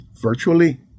virtually